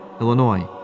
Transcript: Illinois